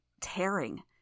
tearing